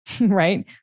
right